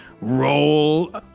roll